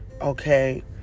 okay